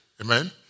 Amen